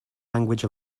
language